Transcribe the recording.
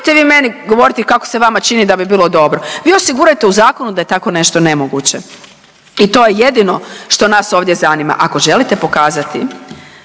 Nemojte vi meni govoriti kako se vama čini da bi bilo dobro. Vi osigurajte u zakonu da je tako nešto nemoguće i to je jedino što nas ovdje zanima, ako želite pokazati